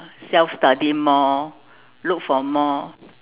self study more look for more